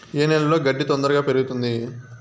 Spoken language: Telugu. ఏ నేలలో గడ్డి తొందరగా పెరుగుతుంది